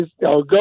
Go